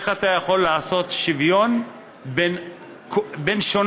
איך אתה יכול לעשות שוויון בין שונים?